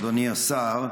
אדוני השר,